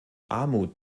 armut